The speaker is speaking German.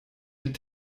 mit